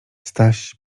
staś